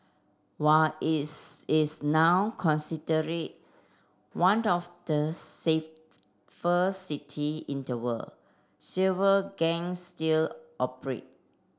while is is now considered one the of the safest for city in the world several gangs still operate